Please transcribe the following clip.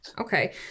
Okay